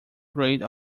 grate